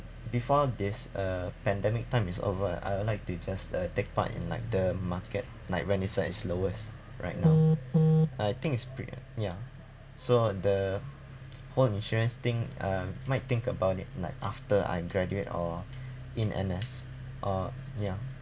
before this uh pandemic time is over I'll like to just uh take part in like the market like when is like it's lowest right now I think it's pre~ ya so the whole insurance thing uh might think about it like after I graduate or in N_S or ya